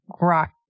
rock